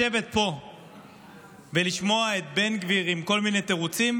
לשבת פה ולשמוע את בן גביר עם כל מיני תירוצים,